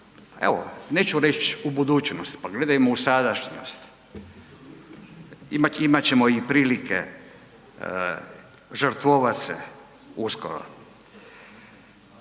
evo neću reći u budućnost, pa gledajmo u sadašnjost, imat ćemo i prilike žrtvovat se uskoro.